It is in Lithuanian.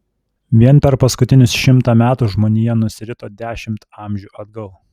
vien per paskutinius šimtą metų žmonija nusirito dešimt amžių atgal